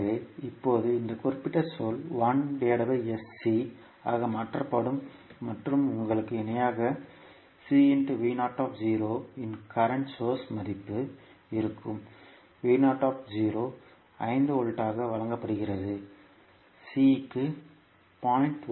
எனவே இப்போது இந்த குறிப்பிட்ட சொல் ஆக மாற்றப்படும் மற்றும் உங்களுக்கு இணையாக இன் current சோர்ஸ் மதிப்பு இருக்கும் 5 வோல்ட்டாக வழங்கப்படுகிறது C க்கு 0